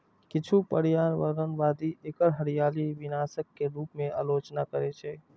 किछु पर्यावरणवादी एकर हरियाली विनाशक के रूप मे आलोचना करै छै